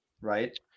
right